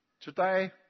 Today